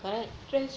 that's true